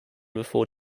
before